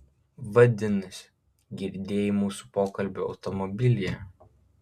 vadinasi girdėjai mūsų pokalbį automobilyje